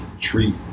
treat